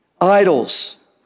idols